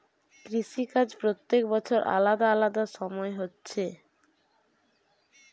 কৃষি কাজ প্রত্যেক বছর আলাদা আলাদা সময় হচ্ছে